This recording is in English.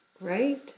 right